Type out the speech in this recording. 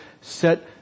set